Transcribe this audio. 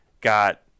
got